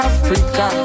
Africa